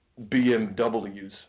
BMWs